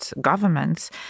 governments